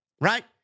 Right